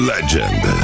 Legend